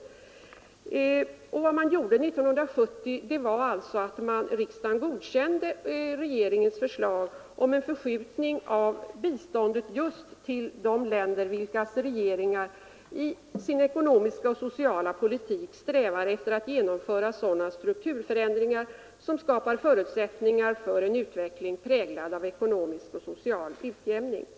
24 april 1974 Vad som skedde 1970 var att riksdagen godkände regeringens förslag om en förskjutning av biståndet just till de länder vilkas regeringar i sin Internationellt ekonomiska och sociala politik strävar efter att genomföra sådana utvecklingssamarbete strukturförändringar som skapar förutsättningar för en utveckling präglad av ekonomisk och social utjämning. Ang.